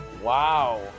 Wow